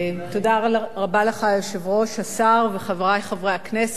היושב-ראש, תודה רבה לך, השר וחברי חברי הכנסת,